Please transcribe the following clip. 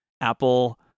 Apple